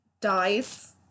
dies